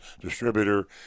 distributor